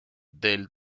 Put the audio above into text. del